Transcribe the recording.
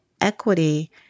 equity